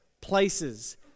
places